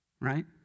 right